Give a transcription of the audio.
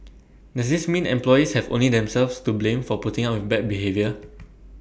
does this mean employees have only themselves to blame for putting up with bad behaviour